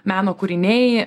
meno kūriniai